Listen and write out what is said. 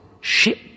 Ship